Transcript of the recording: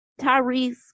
tyrese